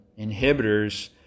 inhibitors